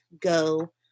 Go